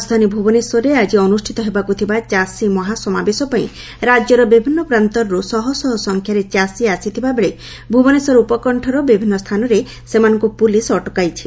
ରାଜଧାନୀ ଭୁବନେଶ୍ୱରରେ ଆଜି ଅନୁଷ୍ଠିତ ହେବାକୁ ଥିବା ଚାଷୀ ମହାସମାବେଶ ପାଇଁ ରାକ୍ୟର ବିଭିନ୍ନ ପ୍ରାନ୍ତରୁ ଶହଶହ ସଂଖ୍ୟାରେ ଚାଷୀ ଆସିଥିବା ବେଳେ ଭୁବନେଶ୍ୱର ଉପକଶ୍ୱର ବିଭିନ୍ନ ସ୍ଥାନରେ ସେମାନଙ୍କୁ ପୁଲିସ୍ ଅଟକାଇଛି